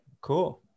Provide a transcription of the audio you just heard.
Cool